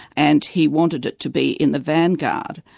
and he wanted it to be in the vanguard.